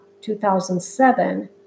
2007